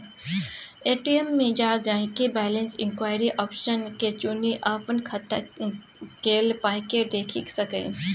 ATM मे जा गांहिकी बैलैंस इंक्वायरी आप्शन के चुनि अपन खाता केल पाइकेँ देखि सकैए